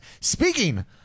Speaking